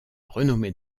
renommée